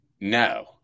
No